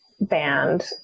band